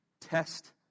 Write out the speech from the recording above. test